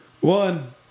one